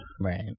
Right